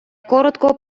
коротко